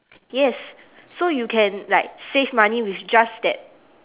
yes so you can like save money with just that